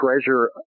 treasure